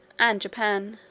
and japan.